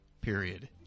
period